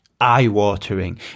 eye-watering